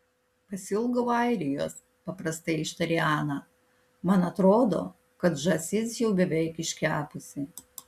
pasiilgau airijos paprastai ištarė ana man atrodo kad žąsis jau beveik iškepusi